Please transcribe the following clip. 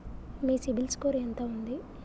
మీ CIBIL score ఎంత ఉంది?